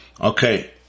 Okay